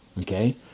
Okay